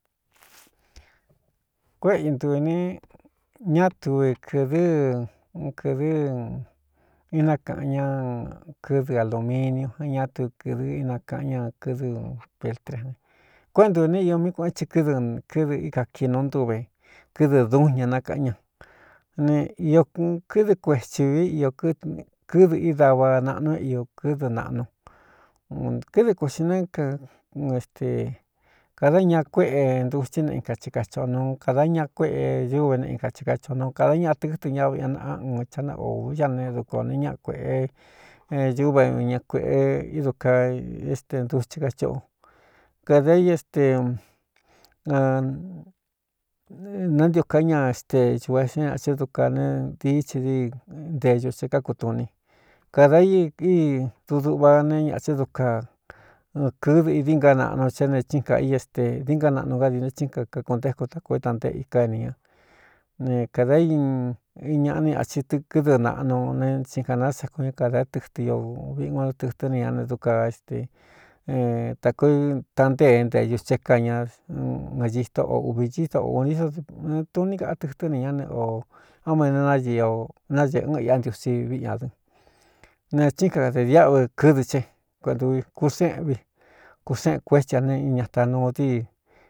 Kuéꞌe intuīne ñátuv kɨ̄dɨ́n kɨ̄dɨ́ inákaꞌan ñá kɨdɨ alūminiu é ñá tu kɨdɨ inakaꞌan ña kɨdɨ peltriane kuéꞌe ntuvīne io mí kueꞌen ti kɨ́dɨ kɨdɨ íka kii nu ntúve kɨdɨ dú ña nákāꞌan ña ne īō kɨdɨ kuethī vi iō kɨdɨ i dava naꞌnu é iō kɨdɨ naꞌnu u kɨdɨ kuēxi nɨ kaun éste kāda ñaa kuéꞌe ntutsí ne in kachi ka choꞌo nu kāda ñaa kuéꞌe d̄úvéꞌneꞌin kachi ka choꞌ nu kāda ñaꞌa tɨtɨ ña vꞌi naꞌa un chá ne o ñá ne dukuān ō ne ñaꞌa kuēꞌe ñúva ña kuēꞌe ídu kaa é ste nduthi ka chóꞌo kadā i é ste nantio ka ña éstecuves é ñaꞌa che duka ne dií chi díi nteñuste kákutuni kādā i í duduꞌva neé ñaꞌache duka kɨdɨ idi ngá naꞌnu ché ne chíin kaꞌa i é ste dií ngá naꞌnu gádiine chíin ka kakoꞌntéku takōo étāntée i ká ni ña ne kādā í i ñaꞌa ni aci tɨkɨdɨ naꞌnuo ne tsin kāna seko ñá kādā é tɨtɨ ñoviꞌikguano tɨtɨ́ ni ña ne duka éste takoo é taꞌantée nteñusthé kaña ɨnñitó o uvī cíídoꞌ ūntisone tuní kaꞌa tɨtɨ́ ni ñá ne o á mane no naēꞌɨ n iꞌá ntiusi viꞌ ñādɨn ne chíin kaade diáꞌvɨ kɨdɨ ché kuentū kúséꞌen vi kuséꞌen kuétsi a ne i ñatanuu dii.